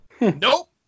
Nope